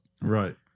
Right